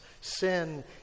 Sin